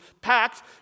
packed